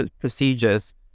procedures